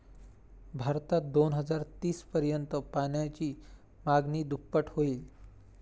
भारतात दोन हजार तीस पर्यंत पाण्याची मागणी दुप्पट होईल